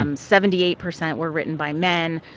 um seventy-eight percent were written by men.